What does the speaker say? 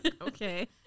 okay